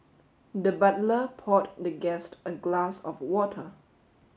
the butler poured the guest a glass of water